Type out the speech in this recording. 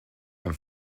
and